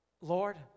Lord